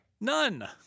None